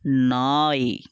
நாய்